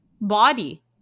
body